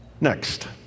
Next